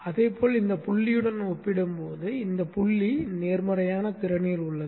அதேபோல் இந்த புள்ளியுடன் ஒப்பிடும்போது இந்த புள்ளி நேர்மறையான திறனில் உள்ளது